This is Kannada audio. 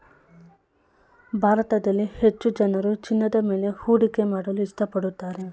ಭಾರತದಲ್ಲಿ ಹೆಚ್ಚು ಜನರು ಚಿನ್ನದ ಮೇಲೆ ಹೂಡಿಕೆ ಮಾಡಲು ಇಷ್ಟಪಡುತ್ತಾರೆ